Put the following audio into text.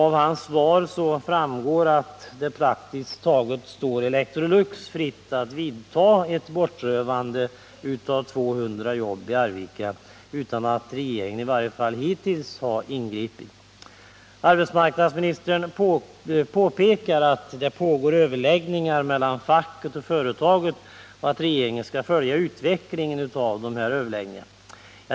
Av hans svar framgår att det praktiskt taget står Electrolux fritt att vidta ett bortrövande av 200 jobb i Arvika utan att regeringen ingriper — det har den i alla fall inte gjort hittills. Arbetsmarknadsministern påpekar att det pågår överläggningar mellan facket och företaget och att regeringen skall följa utvecklingen av dessa överläggningar.